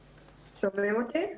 חוץ-ביתית.